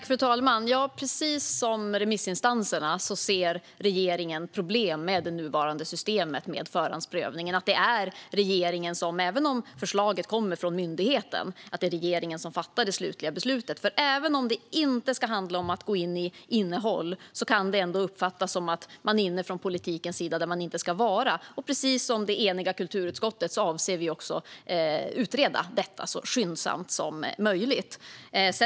Fru talman! Precis som remissinstanserna ser regeringen problem med det nuvarande systemet med förhandsprövningen, det vill säga att även om förslaget kommer från myndigheten är det alltså regeringen som fattar det slutliga beslutet. Även om det inte ska handla om att gå in i innehåll kan det ändå uppfattas som att man från politikens sida är inne där man inte ska vara, och precis som det eniga kulturutskottet står bakom avser vi att utreda detta så skyndsamt som möjligt.